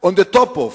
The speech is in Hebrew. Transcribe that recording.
on the top of,